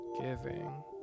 giving